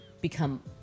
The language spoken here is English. become